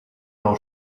nou